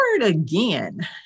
again